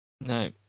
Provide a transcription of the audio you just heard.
No